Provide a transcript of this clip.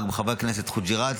חבר הכנסת חוג'יראת,